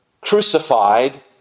crucified